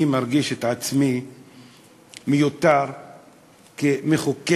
אני מרגיש את עצמי מיותר כמחוקק